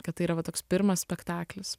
kad tai yra va toks pirmas spektaklis